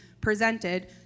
presented